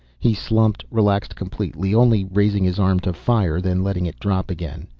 he slumped, relaxed completely, only raising his arm to fire, then letting it drop again.